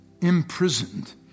imprisoned